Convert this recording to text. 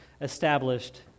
established